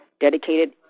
dedicated